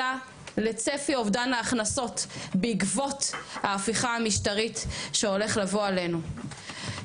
אלא לצפי אובדן ההכנסות בעקבות ההפיכה המשטרית שהולכת לבוא עלינו.